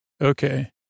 Okay